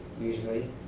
usually